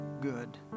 good